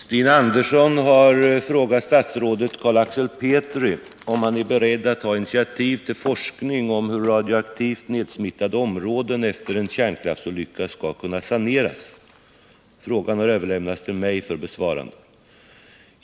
Herr talman! Stina Andersson har frågat statsrådet Carl Axel Petri om han är beredd att ta initiativ till forskning om hur radioaktivt nedsmittade områden efter en kärnkraftsolycka skall kunna saneras. Frågan har överlämnats till mig för besvarande.